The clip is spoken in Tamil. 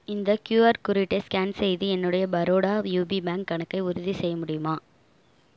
இந்த கியூஆர் குறியீட்டை ஸ்கேன் செய்து என்னுடைய பரோடா யூபி பேங்க் கணக்கை உறுதிசெய்ய முடியுமா